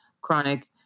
chronic